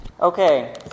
Okay